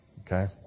Okay